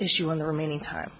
issue in the remaining time